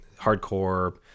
hardcore